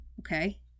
okay